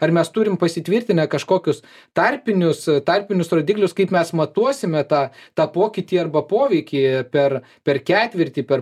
ar mes turim pasitvirtinę kažkokius tarpinius tarpinius rodiklius kaip mes matuosime tą tą pokytį arba poveikį per per ketvirtį per